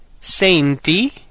senti